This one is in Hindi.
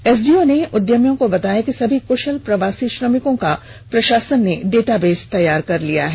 एसडीओ ने उद्यमियों को बताया सभी कुशल प्रवासी श्रमिकों का प्रशासन ने डेटाबेस तैयार किया है